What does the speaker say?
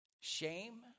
shame